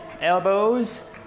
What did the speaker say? Elbows